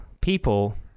people